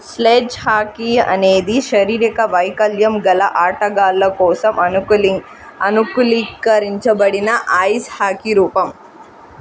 sledge hockey అనేది శారీరక వైకల్యం గల ఆటగాళ్ళ కోసం అనుకులీ అనుకూలీకరించబడిన ఐస్ హాకీ రూపం